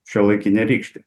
šiuolaikinė rykštė